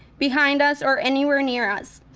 behind us, or anywhere near us.